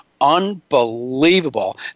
Unbelievable